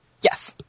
Yes